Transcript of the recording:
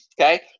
Okay